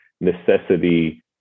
necessity